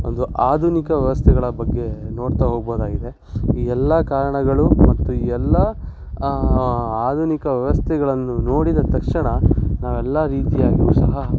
ಒಂದು ಆಧುನಿಕ ವ್ಯವಸ್ಥೆಗಳ ಬಗ್ಗೆ ನೋಡ್ತಾ ಹೋಗ್ಬೋದಾಗಿದೆ ಈ ಎಲ್ಲ ಕಾರಣಗಳು ಮತ್ತು ಈ ಎಲ್ಲ ಆಧುನಿಕ ವ್ಯವಸ್ಥೆಗಳನ್ನು ನೋಡಿದ ತಕ್ಷಣ ನಾವು ಎಲ್ಲ ರೀತಿಯಾಗಿಯೂ ಸಹ